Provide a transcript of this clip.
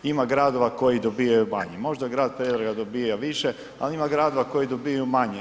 Ima gradova koji dobivaju manje, možda grad Pregrada dobija više, ali ima gradova koji dobivaju manje.